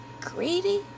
greedy